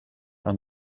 aan